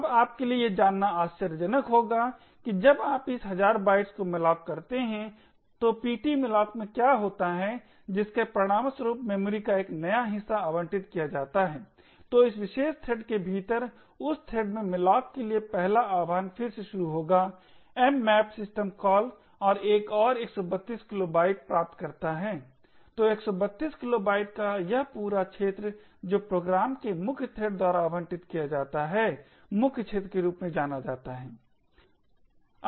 अब आपके लिए यह जानना आश्चर्यजनक होगा कि जब आप इस हज़ार बाइट्स को malloc करते हैं तो ptmalloc में क्या होता है जिसके परिणामस्वरूप मेमोरी का एक नया हिस्सा आवंटित किया जाता है तो इस विशेष थ्रेड के भीतर उस थ्रेड में malloc के लिए पहला आह्वान फिर से शुरू होगा mmap सिस्टम कॉल और एक और 132 किलोबाइट प्राप्त करता है तो 132 किलोबाइट का यह पूरा क्षेत्र जो प्रोग्राम के मुख्य थ्रेड द्वारा आवंटित किया जाता है मुख्य क्षेत्र के रूप में जाना जाता है